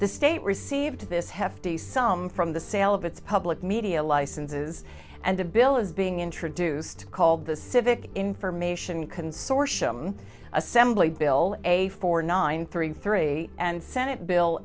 the state received this hefty sum from the sale of its public media licenses and a bill is being introduced called the civic information consortium assembly bill a four nine three three and senate bill